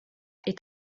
est